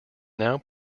now